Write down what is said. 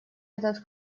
этот